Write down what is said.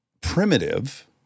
primitive